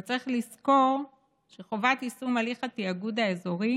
אבל צריך לזכור שחובת יישום הליך התיאגוד האזורי